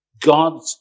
God